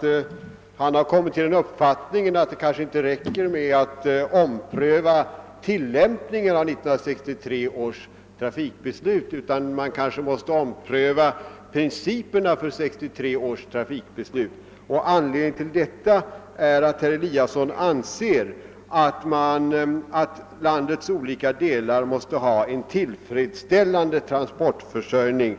säger att han kommit till uppfattningen ati det inte räcker med att ompröva tillämpningen av 1963 års trafikbeslut utan ati man kanske måste ompröva principerna för detta beslut. Anledningen till detta är att herr Eliasson anser att landets olika delar måste ha en »lillfredsställande transportförsörjning».